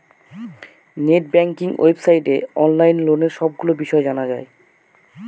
net banking ওয়েবসাইটে online লোনের সবগুলো বিষয় জানা যায়